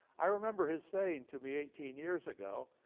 i remember his saying to me eighteen years ago,